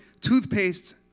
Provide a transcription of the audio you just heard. toothpaste